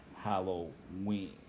Halloween